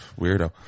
Weirdo